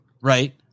Right